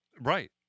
Right